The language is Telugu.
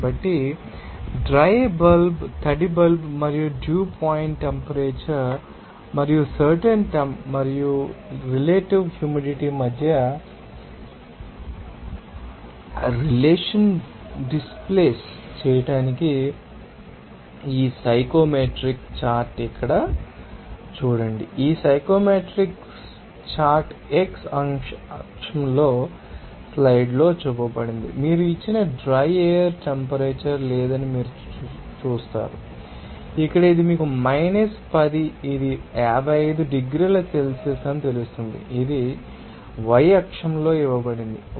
కాబట్టి డ్రై బల్బ్ తడి బల్బ్ మరియు డ్యూ పాయింట్ టెంపరేచర్ మరియు సర్టెన్ మరియు రిలేటివ్ హ్యూమిడిటీ మధ్య రిలేషన్ డిస్ప్లేస్ చేయడానికి ఈ సైకోమెట్రిక్ చార్ట్ ఇక్కడ చూడండి ఈ సైకోమెట్రిక్స్ చార్ట్ x అక్షంలో స్లైడ్లలో చూపబడింది మీరు ఇచ్చిన డ్రై ఎయిర్ టెంపరేచర్ లేదని మీరు చూస్తారు ఇక్కడ ఇది మీకు మైనస్ 10 ఇది 55 డిగ్రీల సెల్సియస్ అని తెలుస్తుంది ఇది y అక్షంలో ఇవ్వబడింది